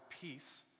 peace